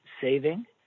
Saving